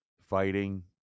Fighting